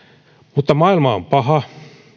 mutta maailma on paha